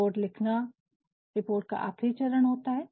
report लिखना report का आखिरी चरण होता है